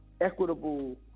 Equitable